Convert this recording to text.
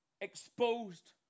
exposed